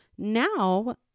Now